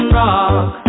rock